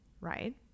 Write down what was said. right